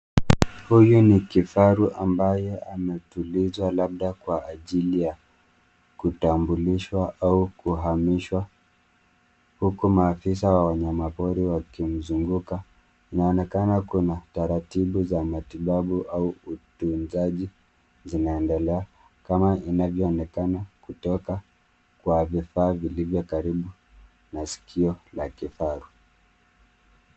Huyu ni kifaru ambaye ametulizwa labda kwa ajili ya kutambulishwa au kuhamishwa, huku maafisa wa wanyama pori wakimzunguka. Inaonekana kuna taratibu za matibabu au utunzaji zinaendelea kama inavyoonekana kutoka kwa vifaa vilivyo karibu na sikio la kifaru.